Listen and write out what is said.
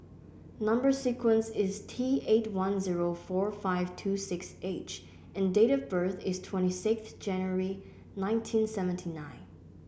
number sequence is T eight one zero four five two six H and date of birth is twenty six January nineteen seventy nine